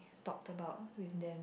talked about with them